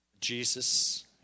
Jesus